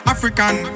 African